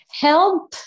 help